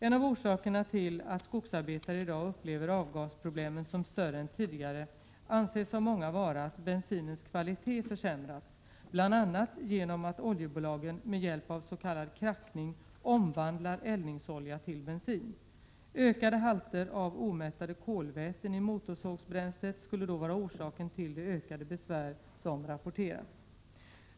En av orsakerna till att skogsarbetare i dag upplever avgasproblemen som större än tidigare anses av många vara att bensinens kvalitet försämrats, bl.a. genom att oljebolagen med hjälp av s.k. krackning omvandlar eldningsolja till bensin. Ökade halter av omättade kolväten i motorsågsbränslet skulle då vara orsaken till de ökade besvär som rapporterats.